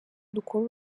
dukore